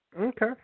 okay